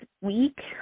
week